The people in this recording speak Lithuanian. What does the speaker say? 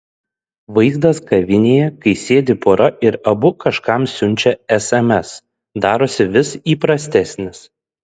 vaizdas kavinėje kai sėdi pora ir abu kažkam siunčia sms darosi vis įprastesnis